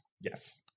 yes